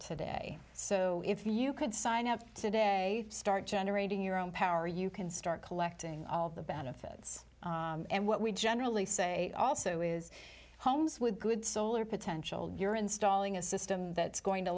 today so if you could sign up today start generating your own power you can start collecting all the benefits and what we generally say also is homes with good solar potential you're installing a system that's going to